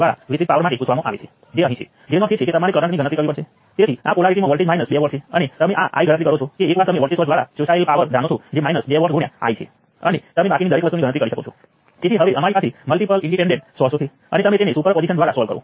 મને એક અંતિમ ઉદાહરણ લેવા દો હું શું કરીશ કે હું આના બદલે નોડ્સ 1 અને 2 વચ્ચે I x જેવા કરંટ સોર્સને કનેક્ટ કરીશ